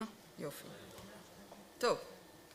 יופי. טוב.